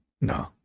No